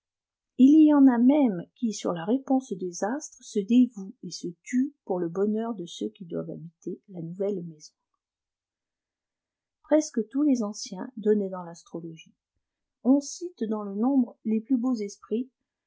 if y en if toôwfe qui sur la réponse desx astres se dévient et ste taenf picwï le bonheur de ceux qui doivent hah ter la aowtehe maisocf presque tous les anciens donnaient dans l'astrologie on cite dans le nombre les plus beaui esprits